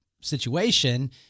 situation